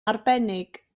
arbennig